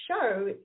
show